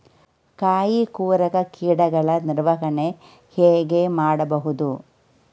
ಕಾಯಿ ಕೊರಕ ಕೀಟಗಳ ನಿರ್ವಹಣೆ ಹೇಗೆ ಮಾಡಬಹುದು?